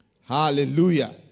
Hallelujah